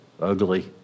ugly